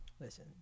Listen